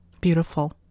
Beautiful